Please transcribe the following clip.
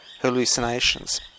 hallucinations